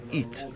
eat